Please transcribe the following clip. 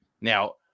Now